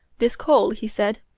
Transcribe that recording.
this coal he said,